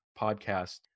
podcast